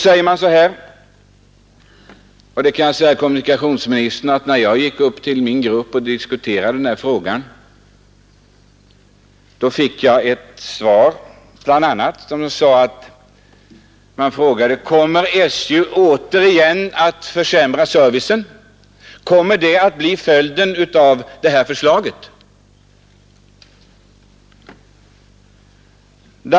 Jag vill tala om för kommunikationsministern att när jag gick till min grupp för att diskutera det här förslaget så uttryckte man farhågan: Kommer SJ därigenom att försämra sin service? Kommer det att bli följden av detta förslag?